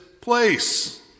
place